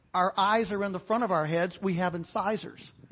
our eyes are in the front of our heads. we have incisors.